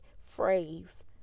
phrase